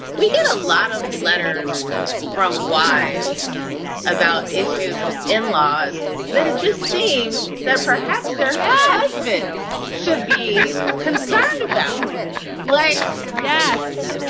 we do a lot of letters from wives about issues with in-laws that it just seems that perhaps they're yasmine's should be concerned about like, yes,